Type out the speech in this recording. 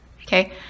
Okay